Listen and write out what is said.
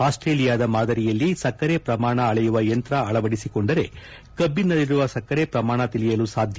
ಆಸ್ವೇಲಿಯಾದ ಮಾದರಿಯಲ್ಲಿ ಸಕ್ಕರೆ ಪ್ರಮಾಣ ಅಳೆಯುವ ಯಂತ್ರ ಅಳವಡಿಸಿಕೊಂಡರೆ ಕಬ್ಬನಲ್ಲಿರುವ ಸಕ್ಕರೆ ಪ್ರಮಾಣ ತಿಳಿಯಲುಸಾಧ್ಯ